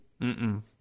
Mm-mm